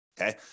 okay